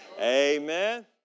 Amen